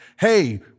hey